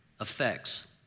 effects